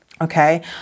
okay